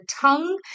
tongue